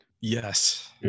Yes